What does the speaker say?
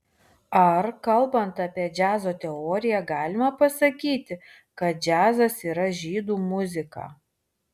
ar kalbant apie džiazo teoriją galima pasakyti kad džiazas yra žydų muzika